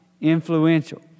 influential